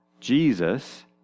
Jesus